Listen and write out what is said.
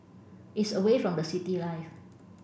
it's away from the city life